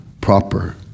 proper